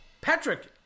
Patrick